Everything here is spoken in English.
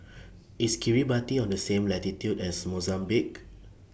IS Kiribati on The same latitude as Mozambique